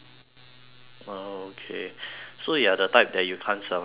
oh okay so you are the type that you can't survive prison